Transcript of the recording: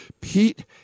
Pete